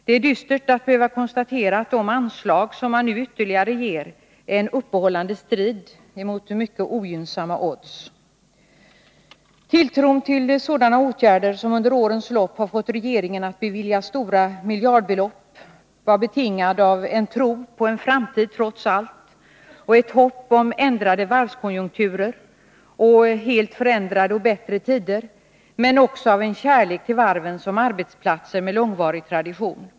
Det är dystert att behöva konstatera att de anslag som man nu ytterligare ger är en uppehållande strid mot mycket ogynnsamma odds. Tilltron till sådana åtgärder som under årens lopp har fått regeringen att bevilja stora miljardbelopp var betingad av en tro på en framtid trots allt, ett hopp om ändrade varvskonjunkturer och helt förändrade och bättre tider men också av en kärlek till varven som arbetsplatser med långvarig tradition.